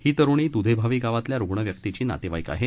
ही तरुणी दुधेभावी गावातल्या रुग्ण व्यक्तीची नातेवाईक आहे